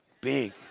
Big